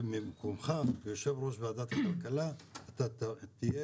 וממקומך כיושב-ראש ועדת הכלכלה אתה תהיה